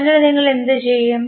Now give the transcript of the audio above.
അതിനാൽ നിങ്ങൾ എന്തു ചെയ്യും